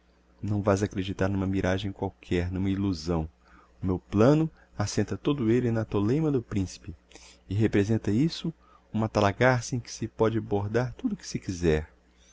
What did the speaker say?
não vás acreditar n'uma miragem qualquer n'uma illusão o meu plano assenta todo elle na toleima do principe e representa isso uma talagarça em que se pode bordar tudo que se quiser